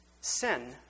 Sin